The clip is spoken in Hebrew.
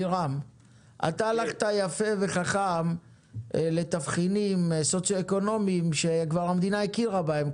הלכת יפה וחכם לתבחינים סוציו-אקונומיים שהמדינה כבר הכירה בהם,